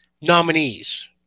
nominees